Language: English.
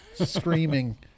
Screaming